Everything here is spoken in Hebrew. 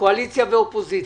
קואליציה ואופוזיציה,